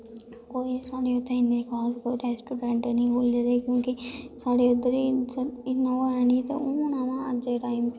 कोई साढ़े उत्थें इयां हाल कोई रैस्टोरैंट निं खुल्ले दे क्योंकि साढ़े उद्धर इन्ना है निं ते हून अमां अज्जै दे टाईम च